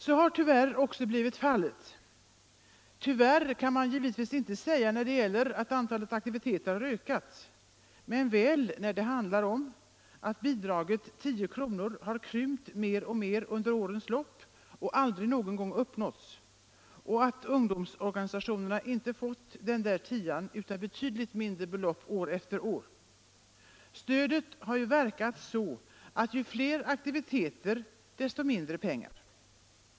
Så har tyvärr också blivit fallet — tyvärr kan man givetvis inte säga när det gäller att antalet aktiviteter har ökat, men väl när det handlar om att bidraget på 10 kr. har krympt alltmer under årens lopp och aldrig någon gång uppnåtts helt. Ungdomsorganisationerna har inte fått den där tian utan betydligt mindre belopp år efter år. Stödet har ju verkat så att ju fler aktiviteter desto mindre pengar.